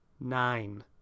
Nine